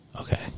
Okay